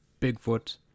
Bigfoot